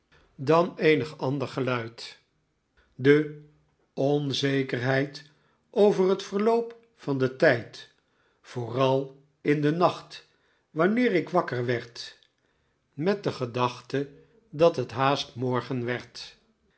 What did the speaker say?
dan eenig ander geluid de onzekerheid over het verloop van den tijd vooral in den nacht wanneer ik wakker werd met de gedachte dat het haast morgen werd